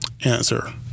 Answer